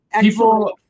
People